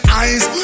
eyes